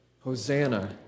Hosanna